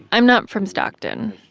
i'm not from stockton.